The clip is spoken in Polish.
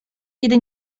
kiedy